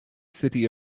city